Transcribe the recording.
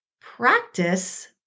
practice